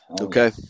Okay